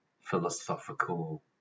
philosophical